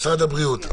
משרד הבריאות,